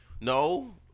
no